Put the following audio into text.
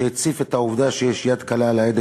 שהציף את העובדה שיש יד קלה על ההדק